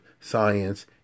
science